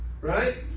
Right